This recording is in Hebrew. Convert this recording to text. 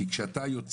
קיי.